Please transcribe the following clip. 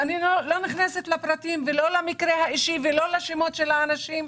ואני לא נכנסת לפרטים ולא לשמות של האנשים,